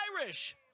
Irish